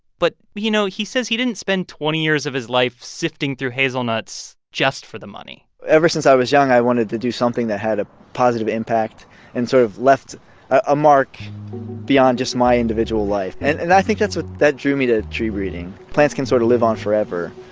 but, you know, he says he didn't spend twenty years of his life sifting through hazelnuts just for the money ever since i was young, i wanted to do something that had a positive impact and sort of left a mark beyond just my individual life. and and i think that's what that drew me to a tree breeding. plants can sort of live on forever.